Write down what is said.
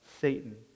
Satan